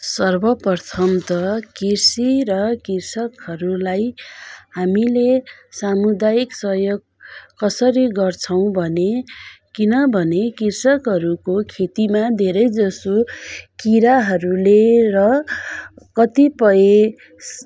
सर्वप्रथम त कृषि र कृषकहरूलाई हामीले सामुदायिक सहयोग कसरी गर्छौँ भने किनभने कृषकहरूको खेतीमा धेरैजसो किराहरूले र कतिपय